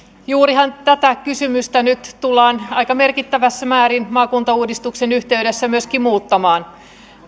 juurihan tätä kysymystä nyt tullaan aika merkittävässä määrin maakuntauudistuksen yhteydessä muuttamaan